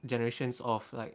generations of like